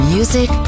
Music